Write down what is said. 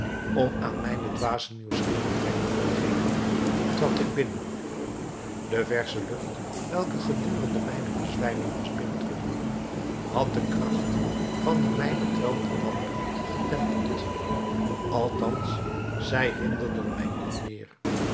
om aan mijne dwaze nieuwsgierigheid toe te geven trad ik binnen de versche lucht welke gedurende mijne bezwijming was binnen gedrongen had de kracht van de mij bedwelmende dampen getemperd althans zij hinderden mij niet meer